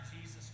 Jesus